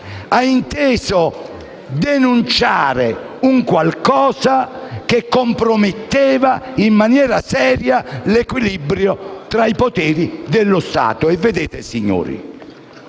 ha inteso denunciare un qualcosa che comprometteva in maniera seria l'equilibrio tra i poteri dello Stato. Vedete, colleghi,